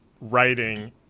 writing